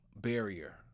barrier